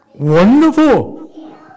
Wonderful